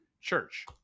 church